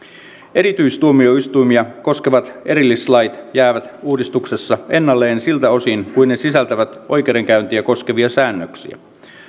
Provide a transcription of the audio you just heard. erityistuomioistuimia koskevat erillislait jäävät uudistuksessa ennalleen siltä osin kuin ne sisältävät oikeudenkäyntiä koskevia säännöksiä